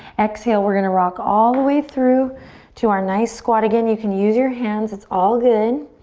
exhale, we're gonna rock all the way through to our nice squat again. you can use your hands, it's all good.